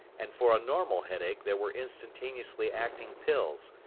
and for a normal headache there were instantaneously acting pills,